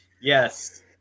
yes